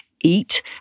eat